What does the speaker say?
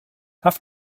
have